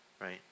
right